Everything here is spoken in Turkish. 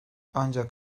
ancak